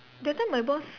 that time my boss